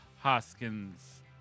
Hoskins